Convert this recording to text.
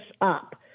up